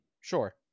Sure